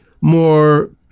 more